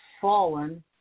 fallen